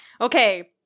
okay